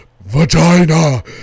vagina